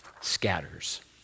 scatters